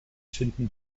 finden